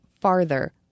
farther